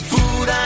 Food